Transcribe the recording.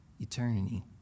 eternity